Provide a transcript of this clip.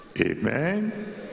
Amen